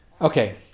Okay